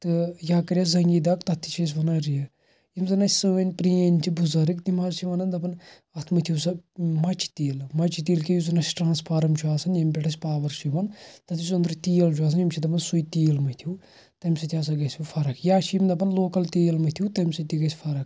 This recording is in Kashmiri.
تہٕ یا کریٚس زَنٛگہِ دگ تتھ تہِ چھِ أسۍ ونان ریٖح یِم زَن اسہِ سٲنۍ چھِ پرٛینۍ چھِ بُزرٕگ تِم حظ چھِ ونان دپان اتھ مٔتھِو سا مَچہِ تیٖل مَچہِ تیٖل کیٛاہ یُس زَن اسہ ٹرٛانسفارم چھُ آسان ییٚمہ پٮ۪ٹھ اسہِ پاوَر چھُ یِوان تتھ یُس أندرٕ تیٖل چھُ آسان یم چھِ دپان سُے تیٖل مٔتھِو تمہِ سۭتۍ ہَسا گَژھوٕ فَرَکھ یا چھِ یِم دپان لوکَل تیٖل مٔتھِو تمہِ سۭتۍ تہِ گَژھہِ فَرَکھ